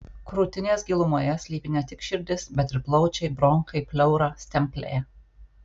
krūtinės gilumoje slypi ne tik širdis bet ir plaučiai bronchai pleura stemplė